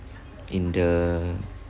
in the